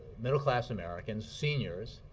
middle-class americans, seniors,